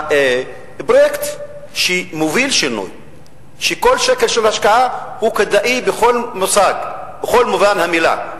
שהפרויקט שמוביל שינוי שכל שקל של השקעה בו הוא כדאי במלוא מובן המלה,